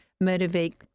motivate